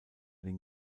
den